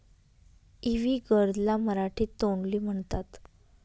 इवी gourd ला मराठीत तोंडली म्हणतात